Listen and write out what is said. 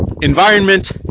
environment